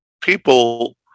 people